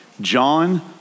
John